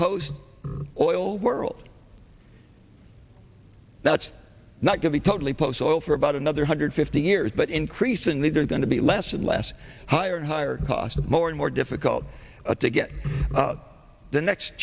post oil world that's not going to totally post oil for about another hundred fifty years but increasingly they're going to be less and less higher and higher cost more and more difficult to get the next